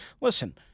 Listen